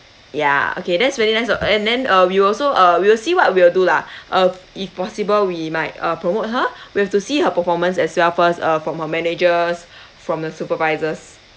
ya okay that's really nice uh and then uh we will also uh we will see what we will do lah uh if possible we might uh promote her we have to see her performance as well first uh from her managers from her supervisors